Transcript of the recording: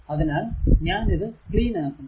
അതിനാൽ ഞാൻ ഇത് ക്ലീൻ ആക്കുന്നു